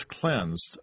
cleansed